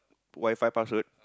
Wi-Fi password